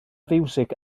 fiwsig